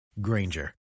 Granger